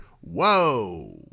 whoa